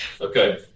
Okay